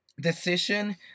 decision